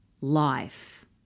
life